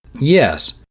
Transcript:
Yes